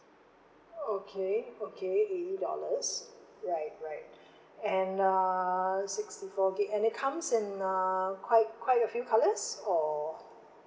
okay okay eighty dollars right right and uh sixty four G_B and it comes in uh quite quite a few colours or